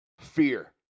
Fear